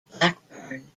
blackburn